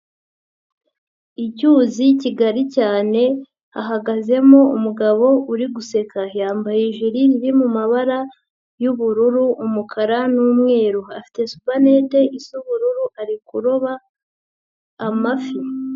Icyuzi kigari cyane hagazemo umugabo uri guseka. Yambaye ijiri iri mu mabara y'ubururu, umukara n'umweru afite supanete isa ubururu ari kuroba amafi.